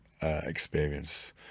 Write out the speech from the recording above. experience